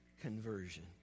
conversion